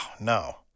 no